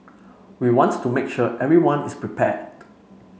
we wants to make sure everyone is prepared